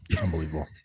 unbelievable